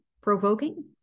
provoking